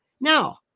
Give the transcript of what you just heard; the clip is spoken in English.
Now